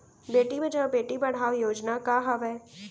बेटी बचाओ बेटी पढ़ाओ का योजना हवे?